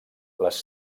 les